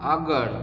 આગળ